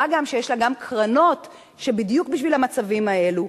מה גם שיש לה קרנות בדיוק בשביל המצבים האלה.